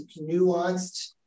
nuanced